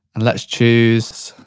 and let's choose